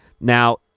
Now